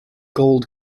gold